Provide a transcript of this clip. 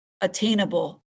attainable